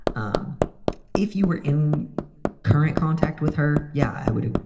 um if you were in current contact with her. yeah, i would.